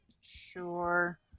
Sure